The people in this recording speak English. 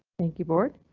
thank you board.